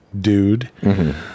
dude